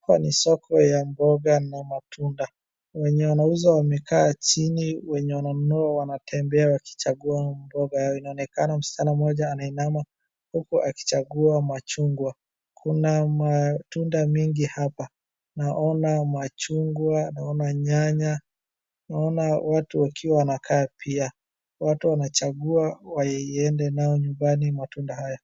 Hapa ni soko ya mboga na matunda wenye wanauza wamekaa chini wenye wananunua wanatembea wakichagua mboga yao inaonekana msichana mmoja akiinama huku akichagua machungwa kuna matunda mengi hapa naona machungwa, naona nyanya naona watu wakiwa wanakaa pia watu wanchagua waende nayo nyumbani matunda haya.